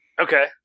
okay